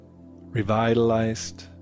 revitalized